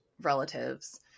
relatives